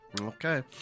Okay